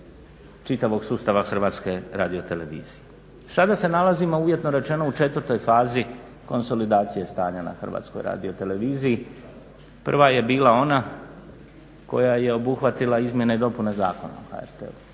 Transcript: čitavog sustava HRT-a. Sada se nalazimo uvjetno rečeno u četvrtoj fazi konsolidacije stanja na HRT-u. Prva je bila ona koja je obuhvatila izmjene i dopune Zakona o HRT-u,